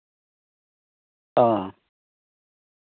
ᱚ